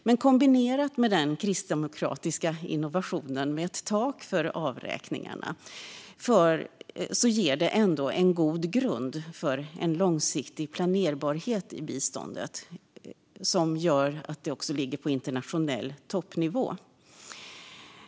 Men kombinerat med den kristdemokratiska innovationen med ett tak för avräkningarna ger det ändå en god grund för en långsiktig planerbarhet i biståndet. Det gör att det ligger på internationell toppnivå.